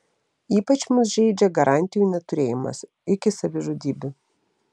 ypač mus žeidžia garantijų neturėjimas iki savižudybių